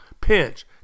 pinch